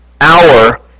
hour